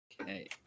Okay